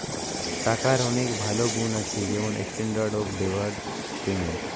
টাকার অনেক ভালো গুন্ আছে যেমন স্ট্যান্ডার্ড অফ ডেফার্ড পেমেন্ট